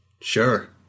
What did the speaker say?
Sure